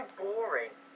boring